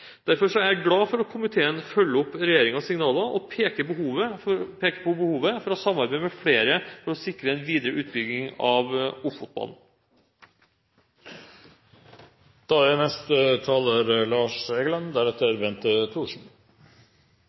Derfor er jeg glad for at komiteen følger opp regjeringens signaler og peker på behovet for å samarbeide med flere for å sikre en videre utbygging av Ofotbanen. Klimakutt har ikke vært det mest brukte ordet i denne samferdselsdebatten. For SV er